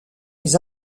des